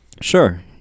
Sure